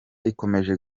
ikomeje